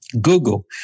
Google